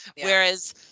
whereas